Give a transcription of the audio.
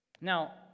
Now